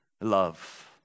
love